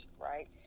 right